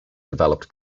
developed